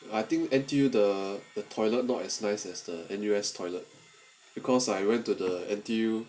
but I think N_T_U the the toilet not as nice as the N_U_S toilet because I went to the N_T_U